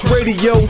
Radio